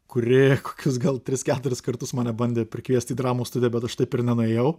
kuri kokius gal tris keturis kartus mane bandė prikviesti į dramos studiją bet aš taip ir nenuėjau